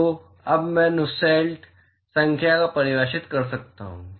तो अब मैं Nusselt संख्या को परिभाषित कर सकता हूं